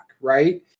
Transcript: right